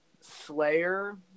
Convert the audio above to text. Slayer